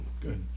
Good